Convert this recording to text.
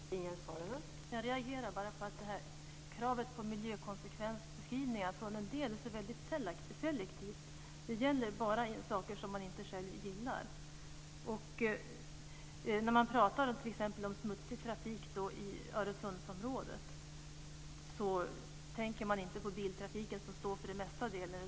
Fru talman! Jag reagerade bara på att kravet på miljökonsekvensbeskrivningar från en del är så väldigt selektivt. Det gäller bara i fråga om saker som man inte själv gillar. När man talar om t.ex. smutsig trafik i Öresundsområdet tänker man inte på biltrafiken som står för den största delen.